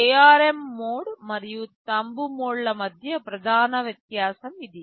ARM mode మరియు thumb mode మధ్య ప్రధాన వ్యత్యాసం ఇది